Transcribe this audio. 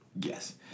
Yes